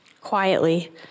quietly